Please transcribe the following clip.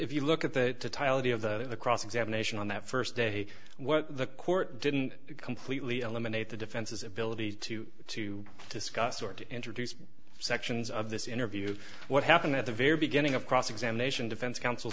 if you look at the title of the of the cross examination on that first day the court didn't completely eliminate the defense's ability to to discuss or to introduce sections of this interview what happened at the very beginning of cross examination defense counsel